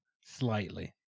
slightly